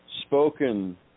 spoken